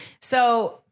So-